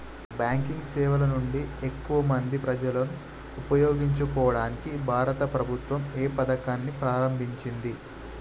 Banking సేవల నుండి ఎక్కువ మంది ప్రజలను ఉపయోగించుకోవడానికి భారత ప్రభుత్వం ఏ పథకాన్ని ప్రారంభించింది?